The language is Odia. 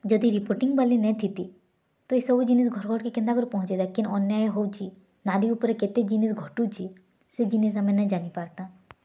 ଯଦି ରିପୋର୍ଟିଙ୍ଗ୍ ବାଲି ନେଇ ଥିତି ତ ଏସବୁ ଜିନିଷ୍ ଘର୍ ଘର୍କେ କେନ୍ତା କରି ପହଁଞ୍ଚତା କେନ୍ ଅନ୍ୟାୟ ହଉଚି ନାରୀ ଉପରେ କେତେ ଜିନିଷ୍ ଘଟୁଛି ସେ ଜିନିଷ୍ ଆମେ ନାଇ ଜାନିପାର୍ତା